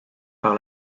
par